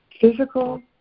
Physical